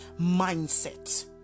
mindset